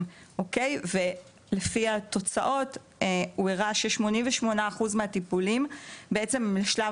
ולפי התוצאות הסקר הראה שכ-88% מהטיפולים הם לשלב